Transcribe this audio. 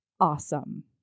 awesome